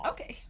Okay